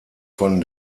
von